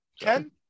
ken